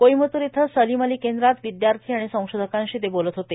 कोइम्बतूर इथं सलीम अली केंद्रात विद्यार्थी आणि संशोधकांशी ते बोलत होते